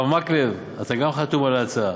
הרב מקלב, אתה גם חתום על ההצעה.